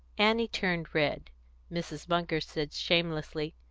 annie turned red mrs. munger said shamelessly,